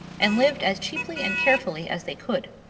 and lived as cheaply and carefully as they could.